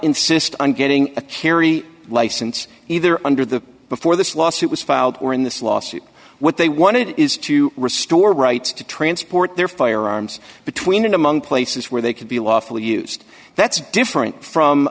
insist on getting a carry license either under the before this lawsuit was filed or in this lawsuit what they wanted is to restore rights to transport their firearms between and among places where they could be lawfully used that's different from